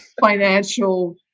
financial